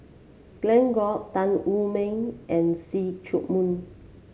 Glen Goei Tan Wu Meng and See Chak Mun